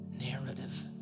narrative